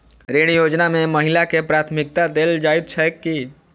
ऋण योजना मे महिलाकेँ प्राथमिकता देल जाइत छैक की?